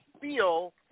feel